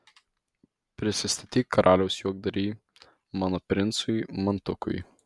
prisistatyk karaliaus juokdary mano princui mantukui